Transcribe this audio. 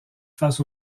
face